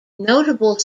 notable